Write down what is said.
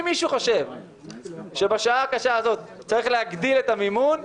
אם מישהו חושב שבשעה הקשה הזאת צריך להגדיל את המימון,